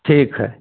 ठीक है